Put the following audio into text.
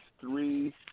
three